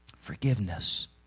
Forgiveness